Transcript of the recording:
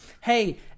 Hey